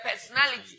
personality